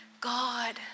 God